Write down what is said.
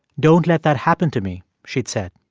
don't let that happen to me, she'd said.